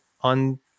on